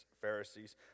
Pharisees